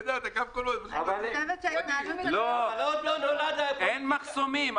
לא, אין מחסומים.